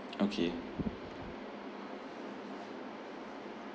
okay